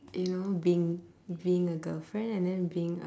you know being being a girlfriend and then being